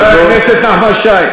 חבר הכנסת נחמן שי,